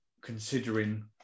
considering